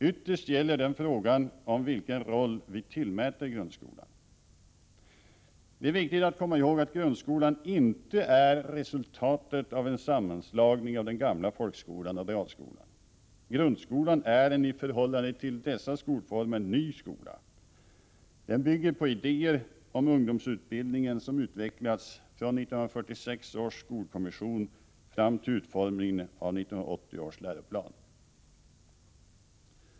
Ytterst gäller den frågan om vilken roll vi tillmäter grundskolan. Det är viktigt att komma ihåg att grundskolan inte är resultatet av en sammanslagning av den gamla folkskolan och realskolan. Grundskolan är en i förhållande till dessa skolformer ny skola. Den bygger på idéer om ungdomsutbildningen som utvecklats från 1946 års skolkommission fram till utformningen av 1980 års läroplan.